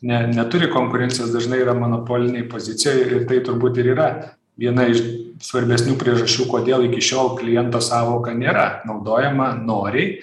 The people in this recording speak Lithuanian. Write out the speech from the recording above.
ne neturi konkurencijos dažnai yra monopolinėj pozicijoj ir tai turbūt ir yra viena iš svarbesnių priežasčių kodėl iki šiol kliento sąvoka nėra naudojama noriai